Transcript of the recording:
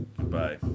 Goodbye